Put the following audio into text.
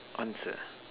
answer